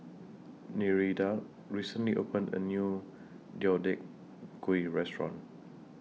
Nereida recently opened A New Deodeok Gui Restaurant